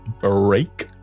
break